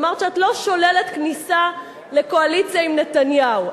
אמרת שאת לא שוללת כניסה לקואליציה עם נתניהו,